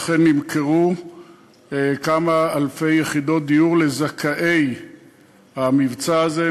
ואכן נמכרו כמה אלפי יחידות דיור לזכאי המבצע הזה,